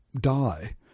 die